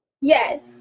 Yes